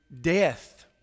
death